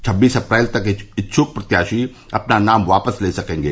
छबीस अप्रैल तक इच्छुक प्रत्याशी अपना नाम वापस ले सकेंगे